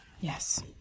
Yes